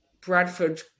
Bradford